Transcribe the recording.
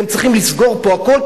אתם צריכים לסגור פה הכול,